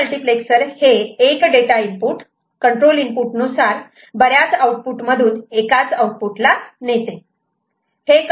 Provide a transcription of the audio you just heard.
demultiplexer हे एक data input control input नुसार बऱ्याच आउटपुट मधून एकाच आऊटपुटला नेते